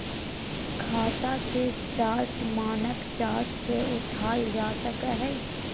खाता के चार्ट मानक चार्ट से उठाल जा सकय हइ